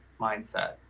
mindset